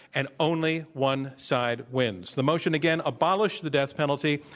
and only one side wins. the motion, again, abolish the death penalty.